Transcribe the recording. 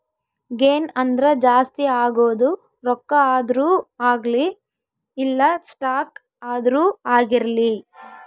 gain ಅಂದ್ರ ಜಾಸ್ತಿ ಆಗೋದು ರೊಕ್ಕ ಆದ್ರೂ ಅಗ್ಲಿ ಇಲ್ಲ ಸ್ಟಾಕ್ ಆದ್ರೂ ಆಗಿರ್ಲಿ